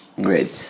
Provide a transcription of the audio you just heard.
Great